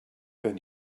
than